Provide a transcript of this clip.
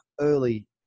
early